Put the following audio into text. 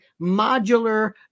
modular